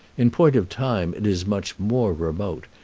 in point of time it is much more remote,